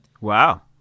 wow